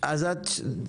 אני בת 48,